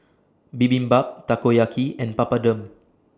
Bibimbap Takoyaki and Papadum